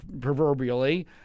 proverbially